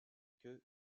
queue